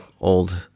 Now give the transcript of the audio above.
old